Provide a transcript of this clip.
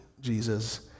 Jesus